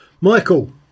Michael